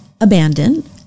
abandoned